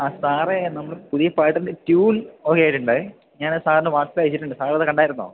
ആ സാറേ നമുക്ക് പുതിയ പാട്ടിൻ്റെ ട്യൂൺ ഓക്കെ ആയിട്ടിണ്ട് ഞാനത് സാറിന് വാട്ട്സപ്പില് അയച്ചിട്ടുണ്ട് സാറത് കണ്ടായിരുന്നോ